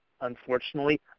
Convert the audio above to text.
unfortunately